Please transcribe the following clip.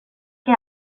che